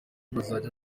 bazajya